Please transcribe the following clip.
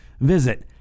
visit